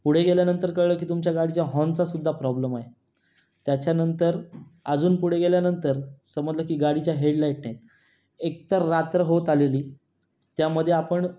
पुढे गेल्यानंतर कळलं की तुमच्या गाडीच्या हॉर्नचासुद्धा प्रॉब्लेम आहे त्याच्यानंतर अजून पुढे गेल्यानंतर समजलं की गाडीच्या हेडलाइट नाहीत एक तर रात्र होत आलेली त्यामध्ये आपण